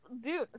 dude